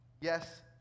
Yes